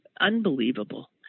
Unbelievable